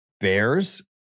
Bears